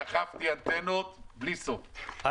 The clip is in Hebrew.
אני דחפתי אנטנות בלי סוף,